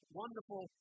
wonderful